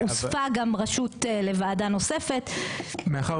בין אם על